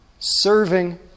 serving